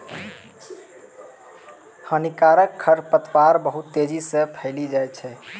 हानिकारक खरपतवार बहुत तेजी से फैली जाय छै